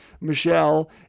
Michelle